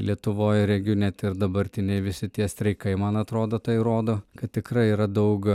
lietuvoj regiu net ir dabartiniai visi tie streikai man atrodo tai rodo kad tikrai yra daug